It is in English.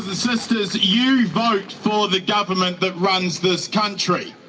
sisters, you vote for the government that runs this country.